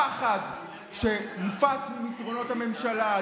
הפחד שמופץ ממסדרונות הממשלה,